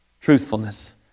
Truthfulness